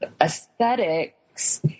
aesthetics